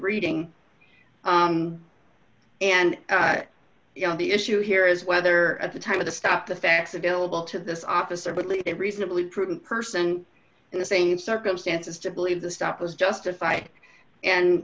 reading and you know the issue here is whether at the time of the stop the facts available to this officer would lead a reasonably prudent person in the same circumstances to believe the stop was justified and